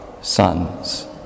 sons